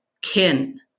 kin